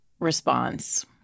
response